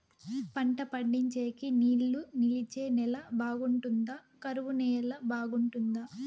పంట పండించేకి నీళ్లు నిలిచే నేల బాగుంటుందా? కరువు నేల బాగుంటుందా?